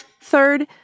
Third